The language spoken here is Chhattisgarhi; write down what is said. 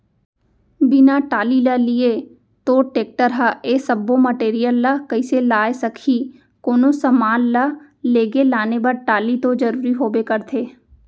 बिना टाली ल लिये तोर टेक्टर ह ए सब्बो मटेरियल ल कइसे लाय सकही, कोनो समान ल लेगे लाने बर टाली तो जरुरी होबे करथे